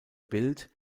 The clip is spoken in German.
bild